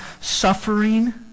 suffering